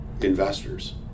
investors